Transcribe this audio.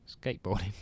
skateboarding